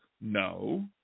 no